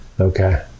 Okay